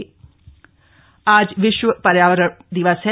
विश्व पर्यावरण दिवस आज विश्व पर्यावरण दिवस है